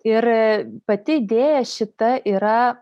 ir pati idėja šita yra